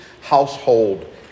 household